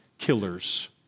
killers